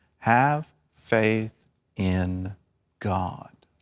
have faith in god.